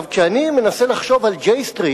כשאני מנסה לחשוב על J Street,